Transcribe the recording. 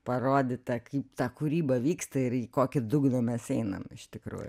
parodyta kaip ta kūryba vyksta ir į kokį dugną mes einam iš tikrųjų